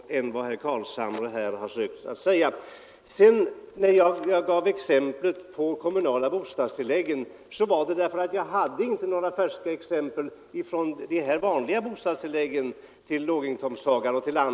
När jag tog som ett exempel de kommunala bostadstilläggen till pensionärerna berodde det på att jag inte hade några färska exempel när det gäller bostadstilläggen till andra låginkomsttagare.